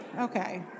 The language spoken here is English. Okay